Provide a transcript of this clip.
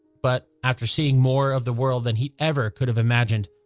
but after seeing more of the world than he ever could've imagined,